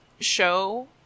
show